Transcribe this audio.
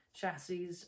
chassis